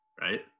right